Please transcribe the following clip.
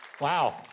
Wow